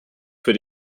für